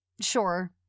Sure